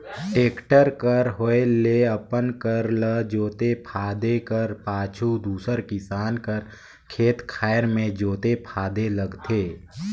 tractor कर होए ले अपन कर ल जोते फादे कर पाछू दूसर किसान कर खेत खाएर मे जोते फादे लगथे